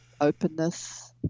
openness